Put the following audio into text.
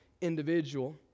individual